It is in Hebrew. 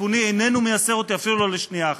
מצפוני איננו מייסר אותי אפילו לשנייה אחת.